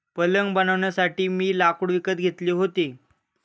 पलंग बनवण्यासाठी मी लाकूड विकत घेतले होते